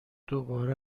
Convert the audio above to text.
دوباره